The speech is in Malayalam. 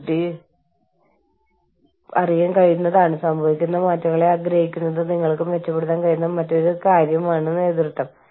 ഒരാൾക്ക് സ്വീകാര്യമായത് മറ്റൊരാൾക്ക് സ്വീകാര്യമായേക്കില്ല